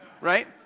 right